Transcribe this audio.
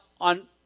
on